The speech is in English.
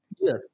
Yes